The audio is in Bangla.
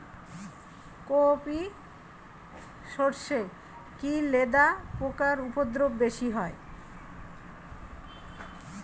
কোপ ই সরষে কি লেদা পোকার উপদ্রব বেশি হয়?